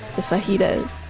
the fajitas